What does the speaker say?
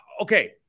okay